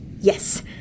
Yes